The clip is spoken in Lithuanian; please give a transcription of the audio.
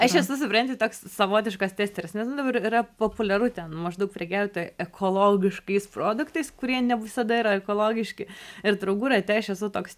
aš esu supranti toks savotiškas testeris nes nu dabar yra populiaru ten maždaug prekiauti ekologiškais produktais kurie ne visada yra ekologiški ir draugų rate aš esu toks